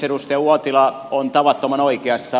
edustaja uotila on tavattoman oikeassa